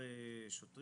משהו כזה.